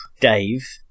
Dave